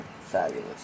Fabulous